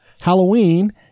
Halloween